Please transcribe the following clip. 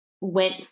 Went